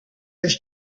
used